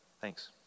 Thanks